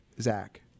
zach